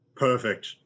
Perfect